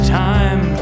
time